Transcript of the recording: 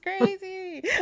crazy